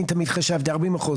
אני תמיד חשבתי 40%,